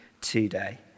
today